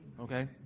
Okay